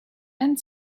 and